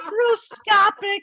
microscopic